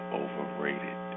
overrated